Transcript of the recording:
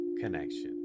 connection